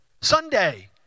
Sunday